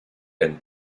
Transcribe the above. and